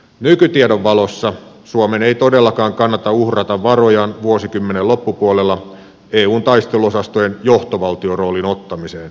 nykytiedon valossa suomen ei todellakaan kannata uhrata varojaan vuosikymmenen loppupuolella eun taisteluosastojen johtovaltioroolin ottamiseen